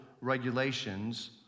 regulations